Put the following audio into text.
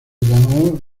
llamó